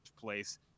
place